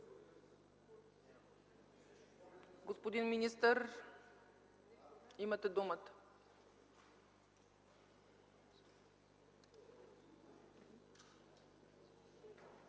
Господин министър, имате думата.